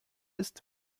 ist